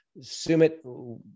Sumit